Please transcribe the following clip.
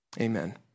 Amen